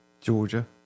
Georgia